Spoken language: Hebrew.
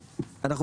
רגע, אני